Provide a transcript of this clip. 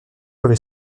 avait